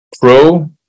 Pro